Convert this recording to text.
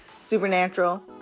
supernatural